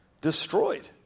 destroyed